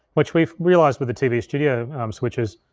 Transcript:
which we've realized with the tv studio switchers,